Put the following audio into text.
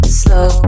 slow